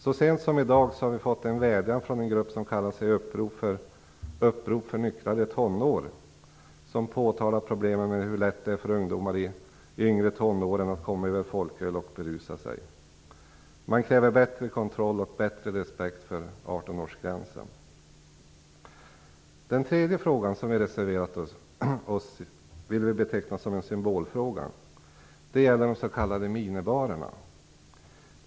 Så sent som i dag har vi fått en vädjan från en grupp som kallar sig "Upprop för nyktrare tonår" som påtalar problemen med hur lätt det är för ungdomar i de yngre tonåren att komma över folköl och berusa sig. Man kräver bättre kontroll och bättre respekt för 18 Den tredje frågan, där vi har reserverat oss, vill vi beteckna som en symbolfråga. Det gäller de s.k. minibarerna.